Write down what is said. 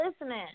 listening